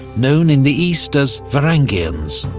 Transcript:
known in the east as varangians,